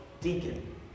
deacon